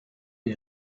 die